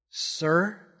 Sir